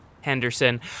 Henderson